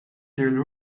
you